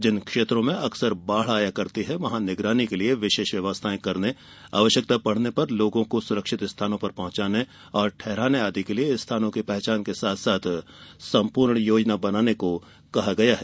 जिन क्षेत्रों में अक्सर बाढ़ आती है वहाँ निगरानी के लिये विशेष व्यवस्थाएँ करने आवश्यकता पड़ने पर लोगों को सुरक्षित स्थानों पर पहुँचाने ठहराने आदि के लिये स्थानों की पहचान के साथ सम्पूर्ण योजना तैयार करने को कहा गया है